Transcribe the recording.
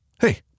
hey